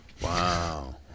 Wow